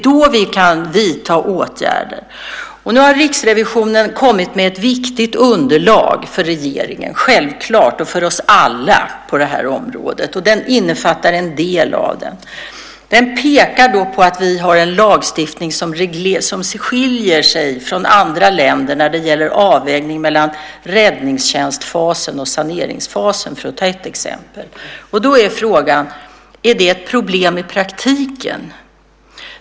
Då kan vi vidta åtgärder. Nu har Riksrevisionen kommit med ett viktigt underlag för regeringen och för oss alla på det här området, och det innefattar en del av den. Det pekar på att vi har en lagstiftning som skiljer sig från andra länders när det gäller avvägning mellan räddningstjänstfasen och saneringsfasen, för att ta ett exempel. Då är frågan: Är det ett problem i praktiken?